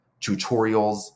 tutorials